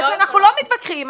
אנחנו לא מתווכחים.